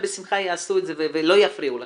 הם בשמחה יעשו את זה ולא יפריעו לכם.